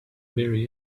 very